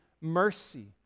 mercy